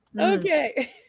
Okay